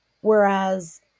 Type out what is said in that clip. Whereas